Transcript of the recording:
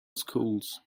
schools